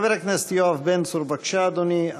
חבר הכנסת יואב בן צור, בבקשה, אדוני.